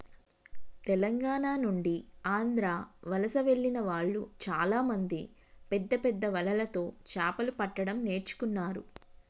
తెలంగాణ నుండి ఆంధ్ర వలస వెళ్లిన వాళ్ళు చాలామంది పెద్దపెద్ద వలలతో చాపలు పట్టడం నేర్చుకున్నారు